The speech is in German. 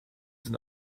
sind